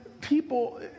people